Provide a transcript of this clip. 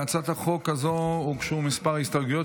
להצעת החוק הזו הוגשו כמה הסתייגויות,